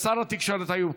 לא,